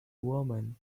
woman